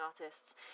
artists